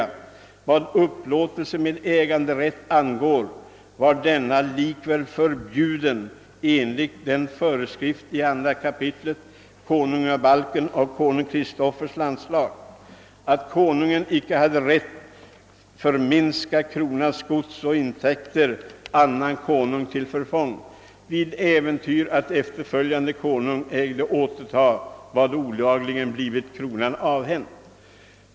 Hvad upplåtelse med äganderätt angår, var denna likväl förbjuden enligt den föreskrift i II kapitlet konungabalken af Konung Kristoffers landslag att Konungen icke hade rätt förminska kronans gods eller intäkter annan konung till förfång, vid äfventyr att efterföljande konung ägde återtaga hvad olagligen blifvit kronan afhändt.